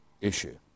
issue